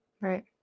Right